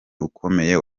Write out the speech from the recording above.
ukomeye